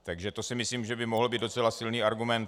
Takže to si myslím, že by mohl být docela silný argument.